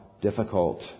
difficult